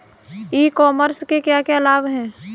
ई commerce के क्या क्या लाभ हैं?